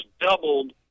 doubled